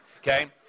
okay